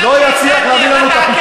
חבר